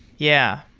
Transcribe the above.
yeah.